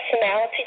personality